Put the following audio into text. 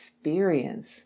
experience